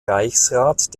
reichsrat